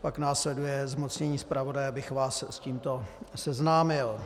Pak následuje zmocnění zpravodaje, abych vás s tímto seznámil.